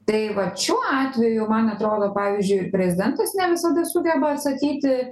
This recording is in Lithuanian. tai vat šiuo atveju man atrodo pavyzdžiui prezidentas ne visada sugeba atsakyti